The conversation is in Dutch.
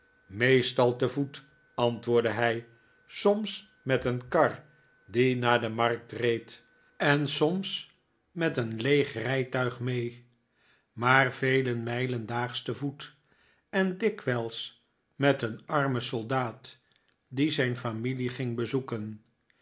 meestal te voet antwobrdde hij soms met een kar die naar de markt reed en soms met een leeg rijtuig mee maar vele mijlen daags te voet en dikwijls met een armen soldaat die zijn familie ging bezoeken